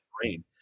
brain